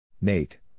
Nate